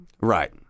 Right